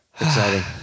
Exciting